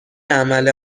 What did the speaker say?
عمل